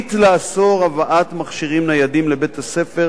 רשאית לאסור הבאת מכשירים ניידים לבית-הספר